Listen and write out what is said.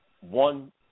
One